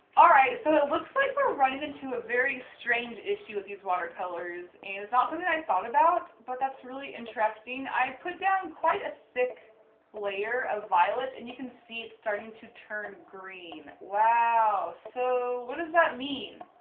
alright. so it looks like we're running into a very strange issue with these watercolors and it's not something i thought about but that's really interesting. i put down quite a thick layer of violet and you can see it's starting to turn green. wowww. so what does that mean?